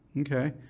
Okay